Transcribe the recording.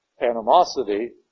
animosity